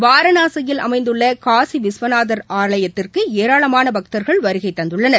வாரனாசியில் அமைந்துள்ள காசிவிஸ்வநாதர் ஆலயத்திற்கு ஏராளமான பக்தர்கள் வருகை தந்துள்ளனர்